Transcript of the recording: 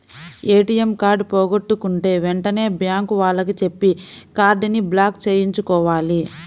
ATM card పోగొట్టుకుంటే వెంటనే bank వాళ్లకి చెప్పి కార్డుని బ్లాక్ చేయించుకోవాలి